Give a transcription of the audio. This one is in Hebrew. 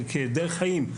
כדרך חיים,